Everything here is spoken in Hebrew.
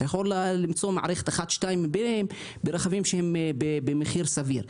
אתה יכול למצוא מערכת אחת או שתיים ברכבים שהם במחיר סביר.